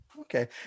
Okay